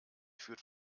führt